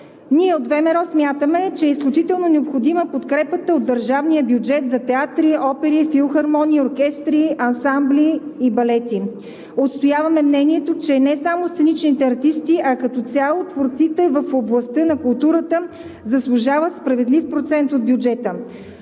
от ВМРО смятаме, че е изключително необходима подкрепата от държавния бюджет за театри, опери, филхармонии, оркестри, ансамбли и балети. Отстояваме мнението, че не само сценичните артисти, а като цяло творците в областта на културата заслужават справедлив процент от бюджета.